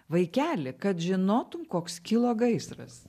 vaikeli kad žinotum koks kilo gaisras